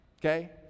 okay